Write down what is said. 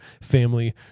family